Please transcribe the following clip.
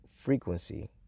frequency